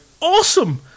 awesome